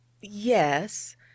Yes